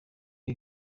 iyi